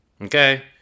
Okay